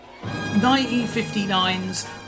1959's